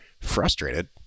frustrated